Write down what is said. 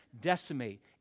Decimate